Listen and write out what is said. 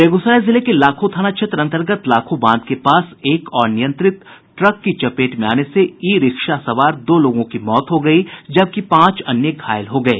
बेगूसराय जिले के लाखो थाना क्षेत्र अन्तर्गत लाखो बांध के पास एक अनियंत्रित ट्रक की चपेट में आने से ई रिक्शा सवार दो लोगों की मौत हो गयी जबकि पांच अन्य घायल हो गये